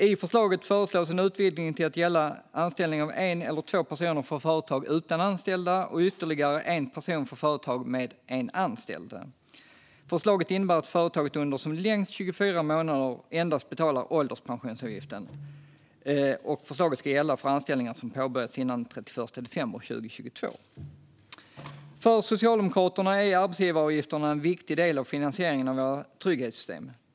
I förslaget föreslås en utvidgning till att gälla anställning av en eller två personer för företag utan anställda och ytterligare en person för företag med en anställd. Förslaget innebär att företaget under som längst 24 månader endast betalar ålderspensionsavgiften, och förslaget ska gälla för anställningar som påbörjats innan den 31 december 2022. För Socialdemokraterna är arbetsgivaravgifterna en viktig del av finansieringen av våra trygghetssystem.